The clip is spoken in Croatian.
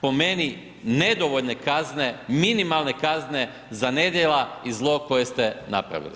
po meni nedovoljne kazne, minimalne kazne za nedjela i zlo koje ste napravili.